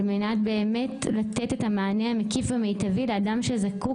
על מנת באמת לתת את המענה המקיף והמיטבי לאדם שזקוק